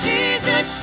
Jesus